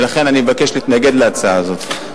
ולכן אני מבקש להתנגד להצעה הזאת.